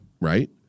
right